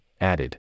added